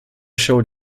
showed